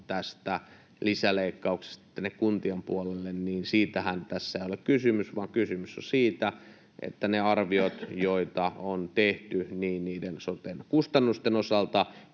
tästä lisäleikkauksesta tänne kuntien puolelle, niin siitähän tässä ei ole kysymys, vaan kysymys on siitä, että ne arviot, joita on tehty niin soten kustannusten osalta